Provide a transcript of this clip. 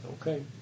Okay